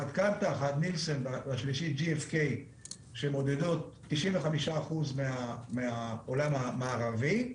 קאנטר, נילסן ו-JFK שמודדות 95% מהעולם המערבי.